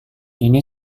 ini